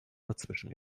dazwischen